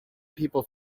people